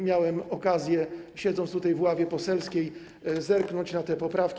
Miałem okazję, siedząc tutaj w ławie poselskiej, zerknąć na te poprawki.